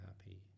happy